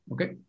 Okay